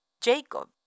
Jacob